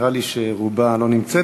נראה לי שרובה לא נמצאת,